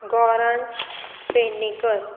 Gauransh Pednekar